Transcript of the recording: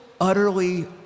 utterly